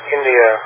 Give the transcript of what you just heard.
India